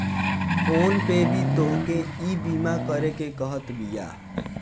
phone पे भी तोहके ईबीमा करेके कहत बिया